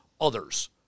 others